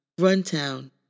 Runtown